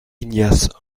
ignace